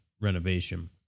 renovation